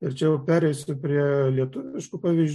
ir čia jau pereisiu prie lietuviškų pavyzdžių